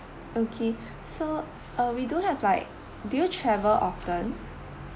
okay so uh we do have like do you travel often